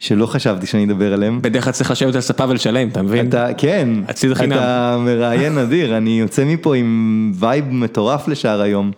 שלא חשבתי שאני אדבר עליהם. בדרך כלל אתה צריך לשבת על הספה ולשלם. אתה מבין? כן. אתה מראיין נדיר אני יוצא מפה עם וייב מטורף לשער היום.